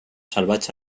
salvatge